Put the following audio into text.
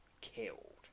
killed